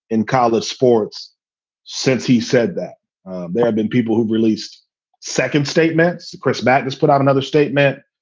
in college sports since he said that there have been people who released second statements, chris magnus put out another statement.